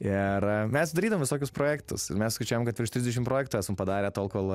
ir mes darydavom visokius projektus ir mes skaičiavom kad virš trisdešimt projektų esam padarę tol kol